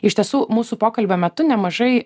iš tiesų mūsų pokalbio metu nemažai